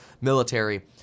military